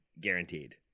Guaranteed